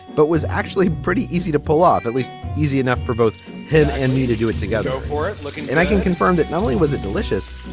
but was actually pretty easy to pull off, at least easy enough for both him and me to do it together, for it looking and i can confirm that not only was it delicious.